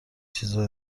چیزا